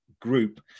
group